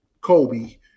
Kobe